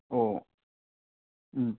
ꯑꯣꯑꯣ ꯎꯝ